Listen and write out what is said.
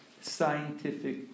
scientific